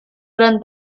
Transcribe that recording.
gran